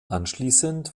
anschließend